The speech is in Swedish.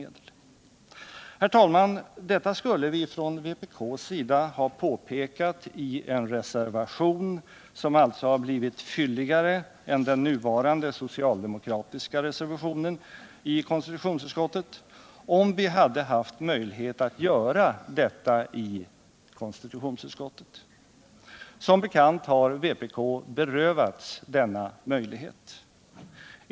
Herr talman! Detta skulle vi från vpk:s sida ha påpekat i en reservation, som skulle ha blivit fylligare än den nu avgivna socialdemokratiska reservationen i konstitutionsutskottet, om vi hade haft möjlighet att göra detta där. Som bekant har vpk berövats denna möjlighet.